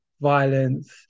violence